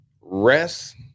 Rest